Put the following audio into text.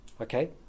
Okay